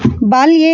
बाल्ये